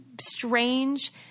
strange